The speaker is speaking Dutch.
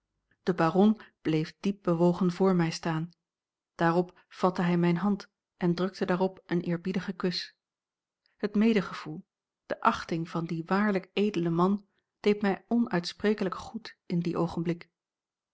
de baron bleef diep bewogen voor mij staan daarop vatte hij mijne hand en drukte daarop een eerbiedigen kus het medegevoel de achting van dien waarlijk edelen man deed mij onuitsprekelijk goed in dien oogenblik